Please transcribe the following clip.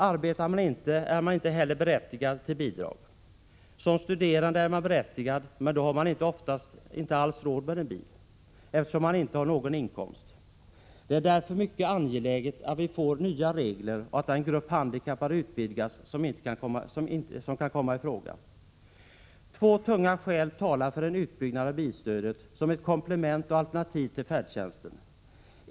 Arbetar man inte är man inte heller berättigad till bidrag. Som studerande är man berättigad därtill, men då har man oftast inte alls råd med en bil, eftersom man inte har någon inkomst. Det är därför mycket angeläget att vi får nya regler och att den grupp handikappade utvidgas som kan komma i fråga. Två tunga skäl talar för en utbyggnad av bilstödet som ett komplement och alternativ till färdtjänsten.